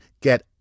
Get